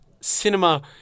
cinema